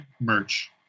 merch